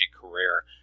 career